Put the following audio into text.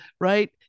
right